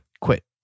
quit